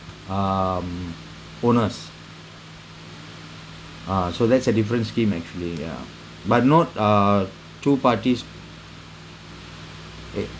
um owners ah so that's a different scheme actually ya but not uh two parties eh